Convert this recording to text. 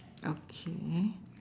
okay